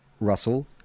Russell